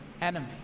enemy